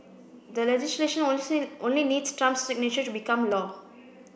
the legislation only needs Trump's signature to become law